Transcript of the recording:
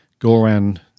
Goran